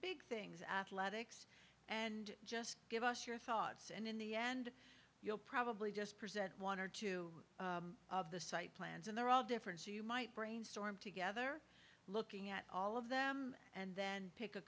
big things athletics and just give us your thoughts and in the end you'll probably just present one or two of the site plans and they're all different so you might brainstorm together looking at all of them and then pick a